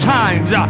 times